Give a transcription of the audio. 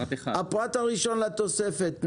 פרט 1 לתוספת הארבע-עשרה,